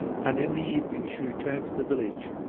and in the evening she returned to the village,